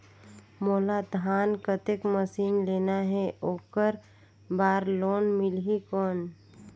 मोला धान कतेक मशीन लेना हे ओकर बार लोन मिलही कौन?